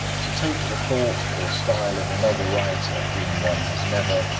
to take the thought or style of another writer whom one has never,